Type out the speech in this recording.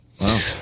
Wow